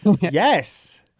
yes